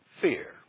fear